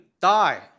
die